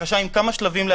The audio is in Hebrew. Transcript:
בקשה עם כמה שלבים.